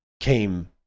came